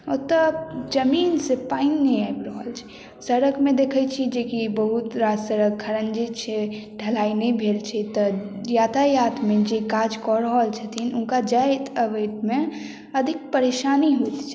ओतऽ जमीनसँ पानि नहि आबि रहल छै सड़कमे देखै छी जेकि बहुत रास सड़क एखन खड़ञ्जी छै ढलाइ नहि भेल छै तऽ यातायातमे जे काज कऽ रहल छथिन हुनका जाइत अबैमे अधिक परेशानी होइत छनि